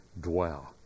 dwell